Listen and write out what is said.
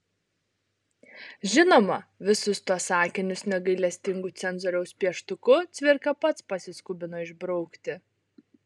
žinoma visus tuos sakinius negailestingu cenzoriaus pieštuku cvirka pats pasiskubino išbraukti